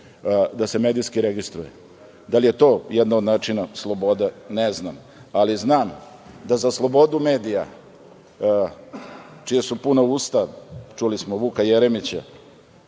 da se medijski registruje. Da li je to jedan od načina slobode? Ne znam. Ali znam da za slobodu medija čija su puna usta, čuli smo Vuka Jeremića,